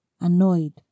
Annoyed